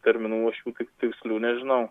terminų aš jų taip tikslių nežinau